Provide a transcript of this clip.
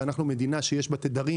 אנחנו מדינה שיש לנו תדרים